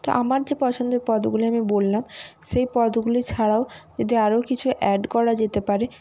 তো আমার যে পছন্দের পদগুলো আমি বললাম সেই পদগুলি ছাড়াও যদি আরও কিছু অ্যাড করা যেতে পারে